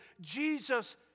Jesus